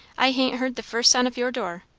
i hain't heard the first sound of your door.